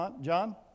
John